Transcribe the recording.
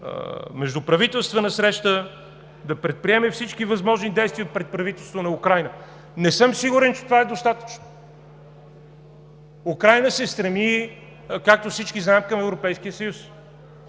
междуправителствена среща, да предприеме всички възможни действия пред правителството на Украйна. Не съм сигурен, че това е достатъчно! Украйна се стреми, както всички знаем, към Европейския съюз.